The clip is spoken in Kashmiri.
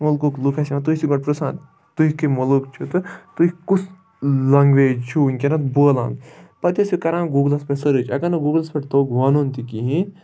مُلکُک لُکھ آسہِ یِوان تُہۍ ٲسِو گۄڈٕ پِژھان تُہۍ کیمۍ مُلک چھُ تہٕ تُہۍ کُس لینگویج چھُو وٕنکٮ۪نَس بولان پَتہٕ ٲسِو کَران گوٗگلَس پٮ۪ٹھ سٔرٕچ اگر نہٕ گوٗگلَس پٮ۪ٹھ توٚگ وَنُن تہِ کِہیٖنۍ